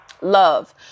Love